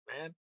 man